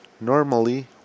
Normally